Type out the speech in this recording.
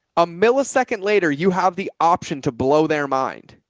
a millisecond later, you have the option to blow their mind.